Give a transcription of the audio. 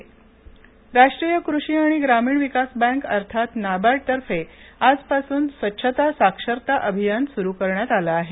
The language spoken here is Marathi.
नाबार्ड राष्ट्रीय कृषि आणि ग्रामीण विकास बँक अर्थात नाबार्ड तर्फे आजपासून स्वच्छता साक्षरता अभियान सुरू करण्यात आले आहे